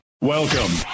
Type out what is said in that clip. Welcome